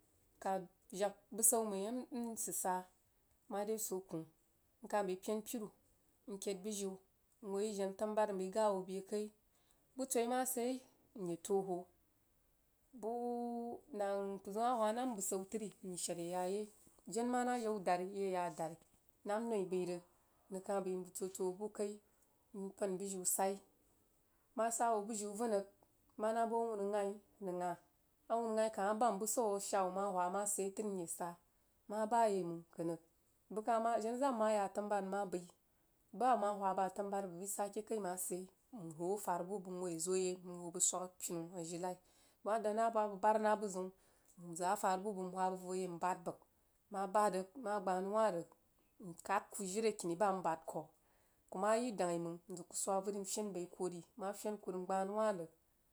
Mkah jag busau məi mən sid sah mare swoh kwoh nkah bəi penpina nkəid bujiu nhoo yí jena tanabari njah hoo beh kai buh toi mah sid yai mye toh hoh buh nang mpər mah wha nah məi busau tri nshad yeh yagh yai jen manah qau dari yi yaj yah a dad ya namnoi bəi rig mkah bəi toh toh hoh buh kaì npəh bujiu sai nma sah hoh bujiu vənrig mah nah awunu gbai nye gha awunu ghaí kah mah bam busau a shaa wuh mah whah whah mah sid yaí tri myag sah kah mah bayeimang kənrig jena zah mai mah tanubari nmah bəi bah a bəg mah whad bah a tenubari a bəg bai sah a keh kəi mah sid yai nhoo afarbu bəg nuwi zoh yai nhoo bəg swag apini ajilai bəg mah dan nah bəg a bəg bar nah buziun bəg nmah bahd rig nmah ghanou wuh rig nkahd kuh bahd rig nmah ghanou wah rig nkahd kuh jiri akini weh ri bah nbahd kuh kuh mah yi dəghai mang nzəg kuh swag avəri nfen bai kuh ri maha fen lanh rig ngbah nou wah rig.